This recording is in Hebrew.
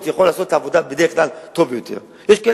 במקום